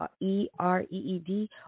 E-R-E-E-D